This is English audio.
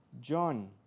John